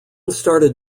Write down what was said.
started